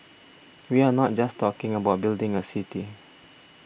we are not just talking about building a city